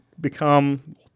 become –